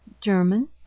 German